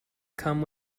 come